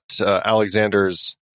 Alexander's